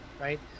right